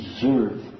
deserve